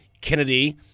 Kennedy